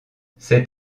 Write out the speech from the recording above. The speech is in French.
c’est